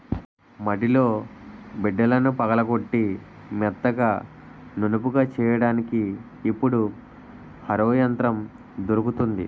మడిలో బిడ్డలను పగలగొట్టి మెత్తగా నునుపుగా చెయ్యడానికి ఇప్పుడు హరో యంత్రం దొరుకుతుంది